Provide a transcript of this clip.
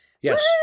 Yes